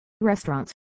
restaurants